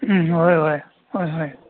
ꯎꯝ ꯍꯣꯏ ꯍꯣꯏ ꯍꯣꯏ ꯍꯣꯏ